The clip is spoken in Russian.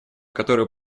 которую